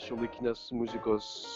šiuolaikinės muzikos